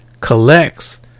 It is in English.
collects